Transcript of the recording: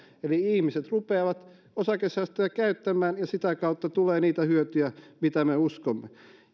eli ihmiset rupeavat osakesäästötiliä käyttämään ja sitä kautta tulee niitä hyötyjä mitä me uskomme